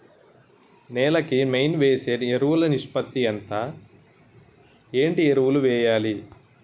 నేల కి మెయిన్ వేసే ఎరువులు నిష్పత్తి ఎంత? ఏంటి ఎరువుల వేయాలి?